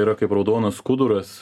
yra kaip raudonas skuduras